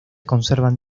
conservan